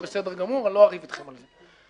זה בסדר גמור, לא אריב אתכם על זה.